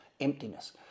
emptiness